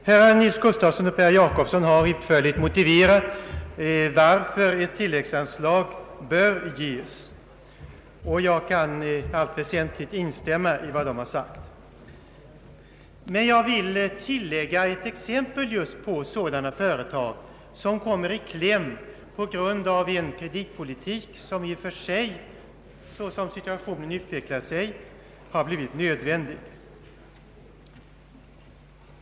Herrar Nils-Eric Gustafsson och Per Jacobsson har utförligt motiverat varför ett tilläggsanslag bör ges, och jag kan i allt väsentligt instämma i vad de har sagt. Men jag vill tillägga ett exempel på sådana företag vilka kommer i kläm på grund av en kreditpolitik som i och för sig, såsom situationen utvecklat sig, har blivit nödvändig.